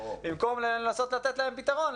אבל במקום לנסות לתת להם פתרון,